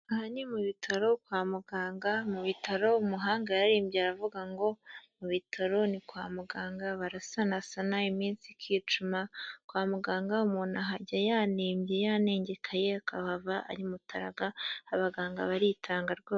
Aha ni mu bitaro kwa muganga, mu bitaro umuhanga yararirimbye aravuga ngo mu bitaro ni kwa muganga barasanasana iminsi ikicuma. Kwa muganga umuntu ahajya yanembye, yanengekaye akahava ari mutaraga abaganga baritanga rwo...